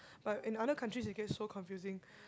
but in other countries it gets so confusing